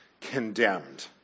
condemned